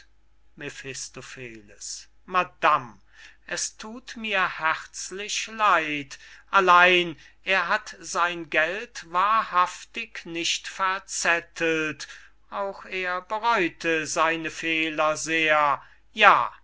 es thut mir herzlich leid allein er hat sein geld wahrhaftig nicht verzettelt auch er bereute seine fehler sehr ja